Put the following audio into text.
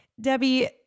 Debbie